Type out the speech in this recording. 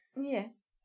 Yes